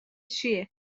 چیه